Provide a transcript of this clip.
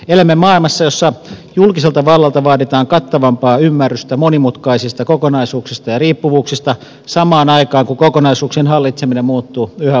elämme maailmassa jossa julkiselta vallalta vaaditaan kattavampaa ymmärrystä monimutkaisista kokonaisuuksista ja riippuvuuksista samaan aikaan kun kokonaisuuksien hallitseminen muuttuu yhä vaikeammaksi